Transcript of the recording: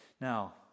Now